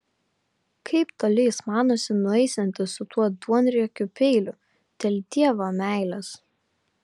kaip toli jis manosi nueisiantis su tuo duonriekiu peiliu dėl dievo meilės